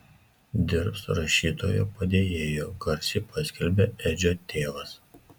dirbs rašytojo padėjėju garsiai paskelbė edžio tėvas